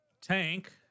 tank